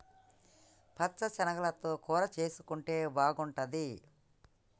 పచ్చ శనగలతో కూర చేసుంటే బాగుంటది